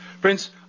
Prince